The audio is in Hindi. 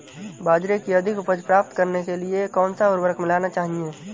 बाजरे की अधिक उपज प्राप्त करने के लिए कौनसा उर्वरक मिलाना चाहिए?